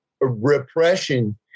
repression